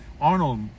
Arnold